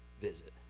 visit